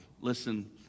Listen